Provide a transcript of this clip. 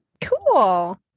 Cool